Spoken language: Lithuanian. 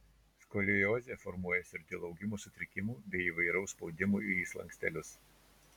skoliozė formuojasi ir dėl augimo sutrikimų bei įvairaus spaudimo į slankstelius